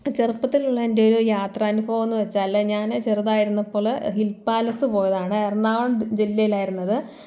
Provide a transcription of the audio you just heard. ചെറുപ്പത്തിലുള്ള എൻ്റെ ഒരു യാത്രാനുഭവം എന്നുവെച്ചാൽ ഞാൻ ചെറുതായിരുന്നപ്പോൾ ഹിൽപാലസ് പോയതാണ് എറണാകുളം ജില്ലയിലായിരുന്നത്